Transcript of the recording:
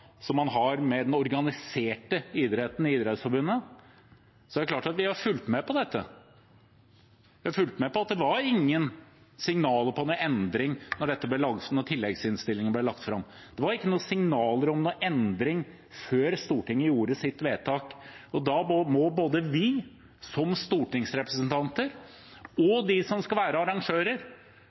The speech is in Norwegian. man har til den organiserte idretten i Idrettsforbundet – har så klart fulgt med på dette. Vi har fulgt med og sett at det var ingen signaler om noen endring av dette da tilleggsproposisjonen ble lagt fram. Det var ikke noen signaler om noen endring før Stortinget gjorde sitt vedtak. Og så får både vi som stortingsrepresentanter og de som skal være arrangører